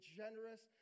generous